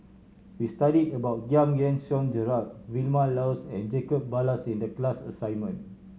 we studied about Giam Yean Song Gerald Vilma Laus and Jacob Ballas in the class assignment